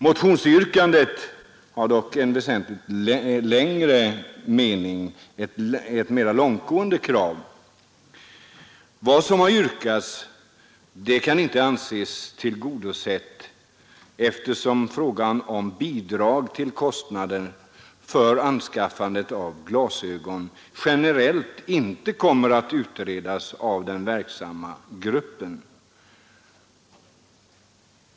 Motionsyrkandet innebär dock ett mera långtgående krav. Vad som yrkats kan inte anses tillgodosett, eftersom frågan om bidrag till kostnaderna för anskaffande av glasögon generellt inte kommer att utredas av den verksammma gruppen.